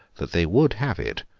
that they would have it,